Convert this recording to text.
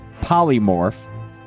Polymorph